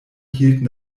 hielten